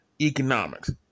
economics